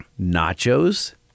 Nachos